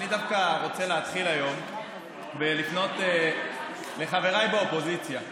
אני דווקא רוצה להתחיל היום ולפנות לחבריי באופוזיציה.